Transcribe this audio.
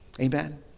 Amen